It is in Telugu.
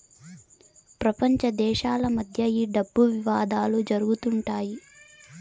ప్రపంచ దేశాల మధ్య ఈ డబ్బు వివాదాలు జరుగుతుంటాయి